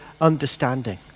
understanding